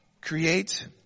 create